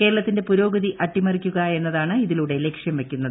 കേരളത്തിന്റെ പുരോഗതി അട്ടിമറിക്കുക എന്നതാണ് ഇതിലൂടെ ലക്ഷ്യം വെക്കുന്നത്